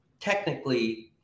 technically